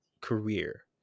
career